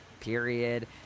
period